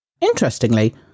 Interestingly